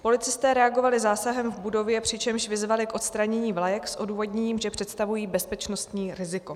Policisté reagovali zásahem v budově, přičemž vyzvali k odstranění vlajek s odůvodněním, že představují bezpečnostní riziko.